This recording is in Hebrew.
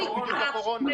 הקורונה.